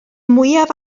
mwyaf